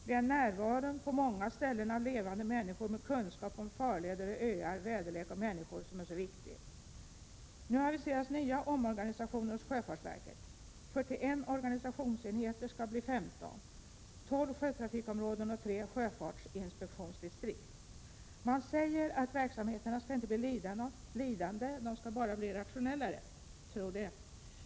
Det är närvaron på många ställen av levande människor med kunskap om farleder, öar, väderlek och människor som är så viktig. Nu aviseras nya omorganisationer hos sjöfartsverket. 41 organisationsenheter skall bli 15: tolv sjötrafikområden och tre sjöfartsinspektionsdistrikt. Man säger att verksamheterna inte skall bli lidande, de skall bara bli rationellare. Tro det!